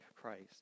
Christ